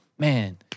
Man